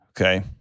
okay